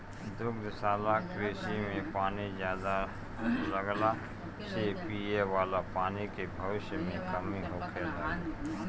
दुग्धशाला कृषि में पानी ज्यादा लगला से पिये वाला पानी के भविष्य में कमी होखे लागि